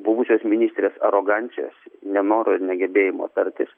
buvusios ministrės arogancijos nenoro ir negebėjimo tartis